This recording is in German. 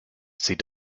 sieht